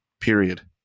period